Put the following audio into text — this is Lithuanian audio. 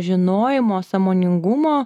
žinojimo sąmoningumo